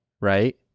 right